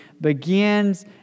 begins